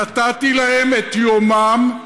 נתתי להם את יומם,